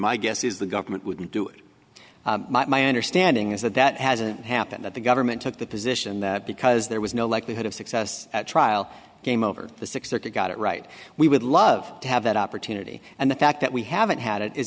my guess is the government wouldn't do it my understanding is that that hasn't happened that the government took the position that because there was no likelihood of success at trial game over the sixth circuit got it right we would love to have that opportunity and the fact that we haven't had it is